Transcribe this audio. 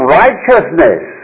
righteousness